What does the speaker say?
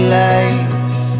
lights